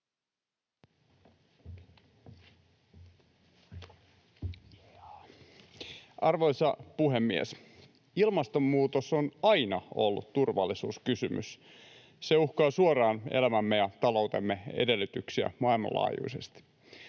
Arvoisa puhemies! Ilmastonmuutos on aina ollut turvallisuuskysymys. Se uhkaa suoraan elämämme ja taloutemme edellytyksiä maailmanlaajuisesti.